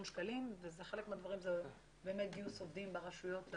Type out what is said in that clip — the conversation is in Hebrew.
שקלים וחלק מהדברים זה גיוס עובדים ברשויות.